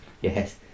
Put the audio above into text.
Yes